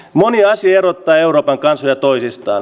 moni asia erottaa euroopan kansoja toisistaan